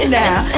now